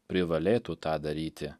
privalėtų tą daryti